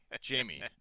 Jamie